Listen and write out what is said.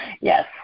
Yes